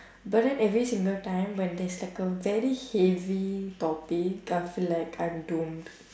but then every single time when there's like a very heavy topic I'll feel like I'm doomed